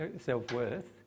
self-worth